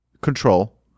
Control